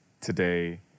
today